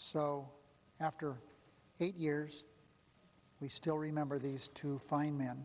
so after eight years we still remember these two fine man